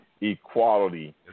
equality